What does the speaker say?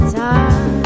time